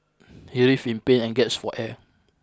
he writhed in pain and gasped for air